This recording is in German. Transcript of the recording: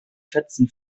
fetzen